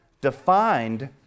defined